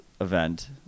event